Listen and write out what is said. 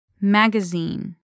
magazine